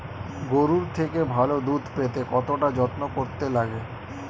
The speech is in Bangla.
গরুর থেকে ভালো দুধ পেতে কতটা যত্ন করতে লাগে